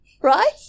Right